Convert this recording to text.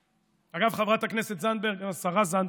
אגב, חברת הכנסת זנדברג, השרה זנדברג,